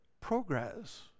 Progress